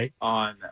on